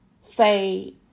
say